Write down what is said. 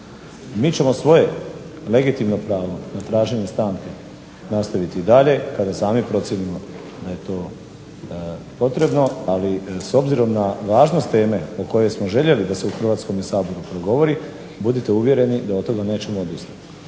MI ćemo svoje legitimno pravo na traženje stanke nastaviti i dalje kada sami procijenimo da je to potrebno, ali s obzirom na važnost teme o kojoj smo željeli da se u Hrvatskom saboru progovori, budite uvjereni da od toga nećemo odustati.